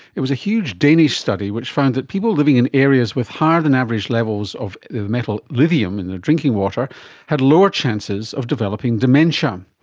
was a huge danish study which found that people living in areas with higher than average levels of the metal lithium in their drinking water had lower chances of developing dementia.